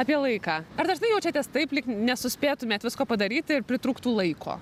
apie laiką ar dažnai jaučiatės taip lyg nesuspėtumėt visko padaryt ir pritrūktų laiko